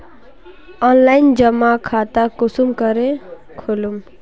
Online जमा खाता कुंसम करे खोलूम?